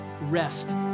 rest